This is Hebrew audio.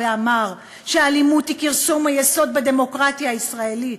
ואמר ש"האלימות היא כרסום יסוד הדמוקרטיה הישראלית.